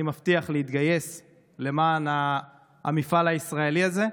אני מבטיח להתגייס למען המפעל הישראלי הזה,